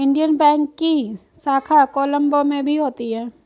Indian Bank की शाखा कोलम्बो में भी है